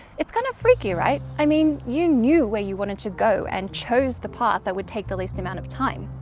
it's kind of freaky, right? i mean, you knew where you wanted to go and chose the path that would take the least amount of time.